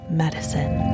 medicine